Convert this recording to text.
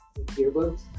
earbuds